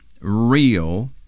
real